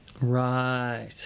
Right